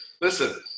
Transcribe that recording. Listen